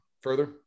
further